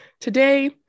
Today